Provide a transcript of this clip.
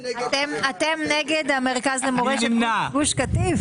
נעביר את כל מוצרי התמרוקים האחרים ובמוצרי תינוקות תהיה ועדה שתאסוף